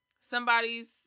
somebody's